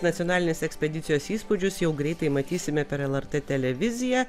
nacionalinės ekspedicijos įspūdžius jau greitai matysime per lrt televiziją